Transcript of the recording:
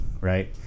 right